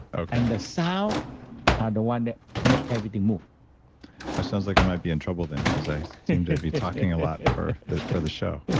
are and the so ah and one that make everything move sounds like i might be in trouble then because i seem to be talking a lot for for the show. yeah